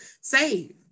save